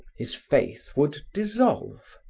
his faith would dissolve.